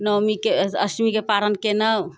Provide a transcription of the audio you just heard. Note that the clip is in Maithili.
नौमीके अष्टमीके पारण केनहुँ